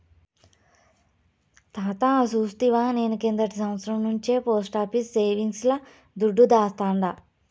తాతా సూస్తివా, నేను కిందటి సంవత్సరం నుంచే పోస్టాఫీసు సేవింగ్స్ ల దుడ్డు దాస్తాండా